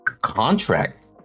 contract